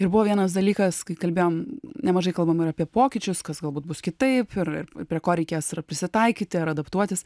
ir buvo vienas dalykas kai kalbėjom nemažai kalbam ir apie pokyčius kas galbūt bus kitaip ir prie ko reikės prisitaikyti ar adaptuotis